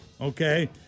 Okay